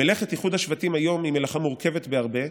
מלאכת איחוד השבטים היום היא מלאכה מורכבת בהרבה,